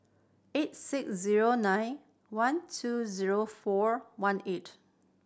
eight six zero nine one two zero four one eight